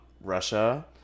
Russia